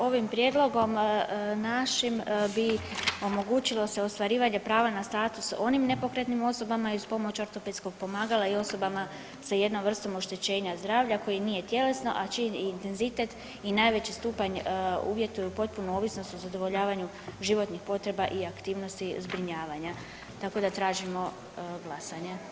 Ovim prijedlogom našim bi omogućilo se ostvarivanje prava na status onim nepokretnim osobama i uz pomoć ortopedskog pomagala i osobama sa jednom vrstom oštećenja zdravlja koji nije tjelesno, a čiji intenzitet i najveći stupanj uvjetuju potpunu ovisnost u zadovoljavanju životnih potreba i aktivnosti zbrinjavanja, tako da tražimo glasanje.